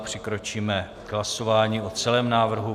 Přikročíme k hlasování o celém návrhu.